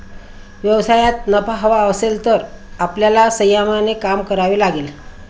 व्यवसायात नफा हवा असेल तर आपल्याला संयमाने काम करावे लागेल